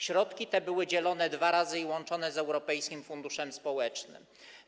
Środki te były dzielone dwa razy i łączone z Europejskim Funduszem Społecznym.